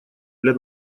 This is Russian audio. для